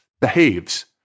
behaves